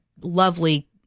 lovely